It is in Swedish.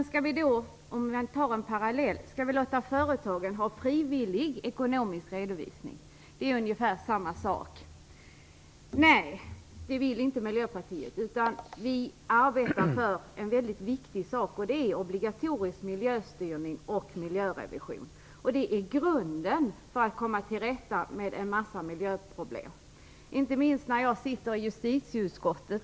Skall vi, om vi drar en parallell, låta företagen ha frivillig ekonomisk redovisning? Det är ungefär samma sak. Nej, det vill inte Miljöpartiet. Vi arbetar för en mycket viktig sak, nämligen obligatorisk miljöstyrning och miljörevision. Det är grunden för att komma till rätta med en mängd miljöproblem. Jag sitter i Justitieutskottet.